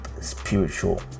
spiritual